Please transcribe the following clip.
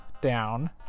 down